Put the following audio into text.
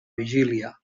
vigília